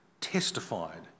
testified